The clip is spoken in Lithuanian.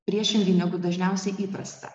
priešingai negu dažniausiai įprasta